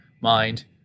mind